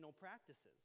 practices